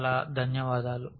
చాలా ధన్యవాదాలు